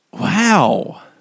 Wow